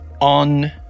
on